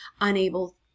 unable